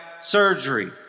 surgery